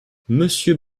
monsieur